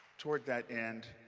toward that end,